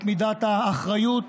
את מידת האחריות,